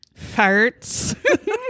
Farts